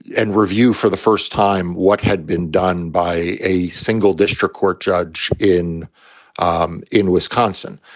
and review for the first time what had been done by a single district court judge in um in wisconsin.